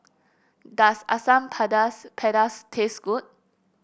does Asam Pedas pedas taste good